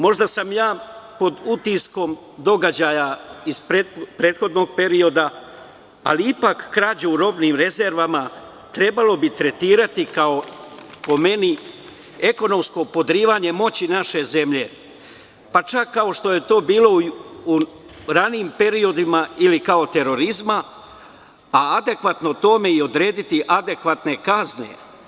Možda sam ja pod utiskom događaja iz prethodnog perioda, ali ipak krađe u robnih rezervama trebalo bi tretirati kao, po meni, ekonomsko podrivanje moći naše zemlje, pa čak kao što je to bilo u ranijim periodima, ili kao terorizma, pa adekvatno tome i odrediti adekvatne kazne.